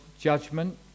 judgment